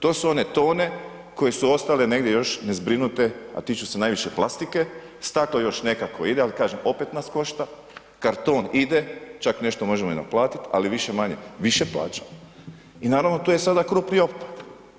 To su one tone koje su ostale negdje još nezbrinute a tiču se najviše plastike, staklo još nekako ide, ali kažem opet nas košta, karton ide, čak nešto možemo i naplatiti ali više-manje više plaćamo i naravno tu je sada krupni otpad.